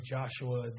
Joshua